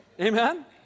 Amen